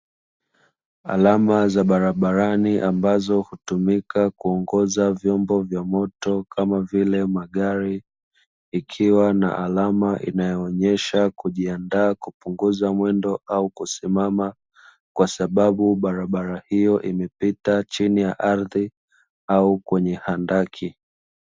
Alama za barabarani ambazo hutumika kuongoza vyombo vya moto, kama vile magari, ikiwa na alama inayoonyesha kujiandaa kupunguza mwendo au kusimama kwa sababu barabara hiyo imepita chini ya ardhi au kwenye handaki.